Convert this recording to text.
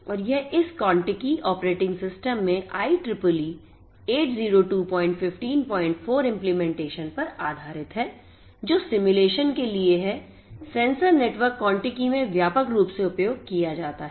और यह इस Contiki ऑपरेटिंग सिस्टम में IEEE 802154 implementation पर आधारित है जो सिमुलेशन के लिए है सेंसर नेटवर्क Contiki में व्यापक रूप से उपयोग किया जाता है